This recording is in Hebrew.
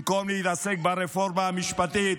במקום להתעסק ברפורמה המשפטית,